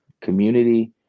community